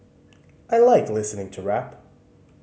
I like listening to rap